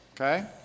Okay